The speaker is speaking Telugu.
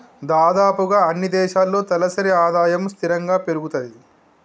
దాదాపుగా అన్నీ దేశాల్లో తలసరి ఆదాయము స్థిరంగా పెరుగుతది